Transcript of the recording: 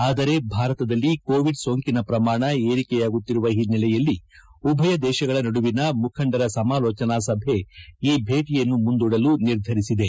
ಆದರೆ ಭಾರತದಲ್ಲಿ ಕೋವಿಡ್ ಸೋಂಕಿನ ಪ್ರಮಾಣ ಏರಿಕೆಯಾಗುತ್ತಿರುವ ಒನ್ನಲೆಯಲ್ಲಿ ಉಭಯ ದೇಶಗಳ ನಡುವಿನ ಮುಖಂಡರ ಸಮಾಲೋಚನಾ ಸಭೆ ಈ ಭೇಟಿಯನ್ನು ಮುಂದೂಡಲು ನಿರ್ಧರಿಸಿದೆ